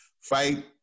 fight